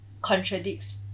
contradicts